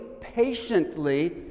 patiently